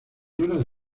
horas